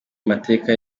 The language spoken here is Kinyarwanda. mateka